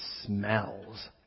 smells